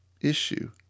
issue